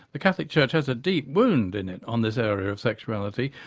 the catholic church has a deep wound in it on this area of sexuality.